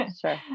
Sure